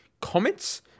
comments